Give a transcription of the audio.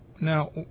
Now